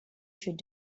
should